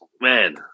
man